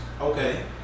Okay